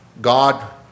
God